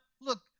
look